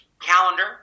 calendar